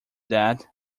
that